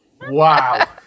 Wow